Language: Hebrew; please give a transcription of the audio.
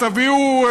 תביאו,